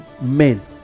men